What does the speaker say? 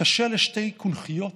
"קשה לשתי קונכיות